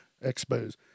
Expose